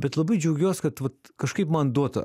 bet labai džiaugiuos kad vat kažkaip man duota